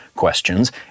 questions